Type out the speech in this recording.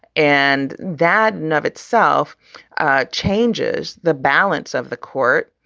and that in of itself changes the balance of the court.